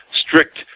strict